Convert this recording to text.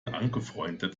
angefreundet